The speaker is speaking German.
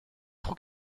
pro